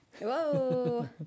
Whoa